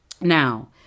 Now